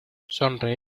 sonreí